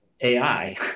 AI